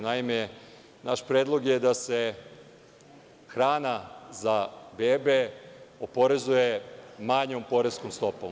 Naime, naš predlog je da se hrana za bebe oporezuje manjom poreskom stopom.